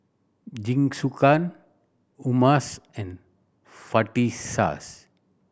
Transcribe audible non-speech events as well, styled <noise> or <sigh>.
Jingisukan Hummus and <unintelligible>